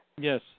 Yes